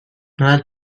noel